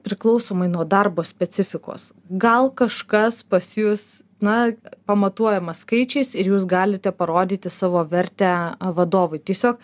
priklausomai nuo darbo specifikos gal kažkas pas jus na pamatuojama skaičiais ir jūs galite parodyti savo vertę vadovui tiesiog